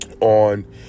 on